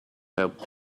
helped